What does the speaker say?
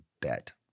bet